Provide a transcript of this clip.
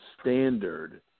standard